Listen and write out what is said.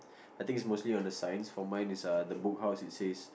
I think it's mostly on the signs for mine is uh the Book House it says